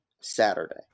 Saturday